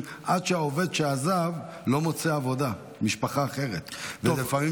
עד שהעובד שעזב לא מוצא עבודה אצל משפחה אחרת.